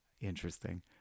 interesting